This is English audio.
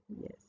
Yes